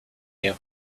you